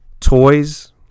toys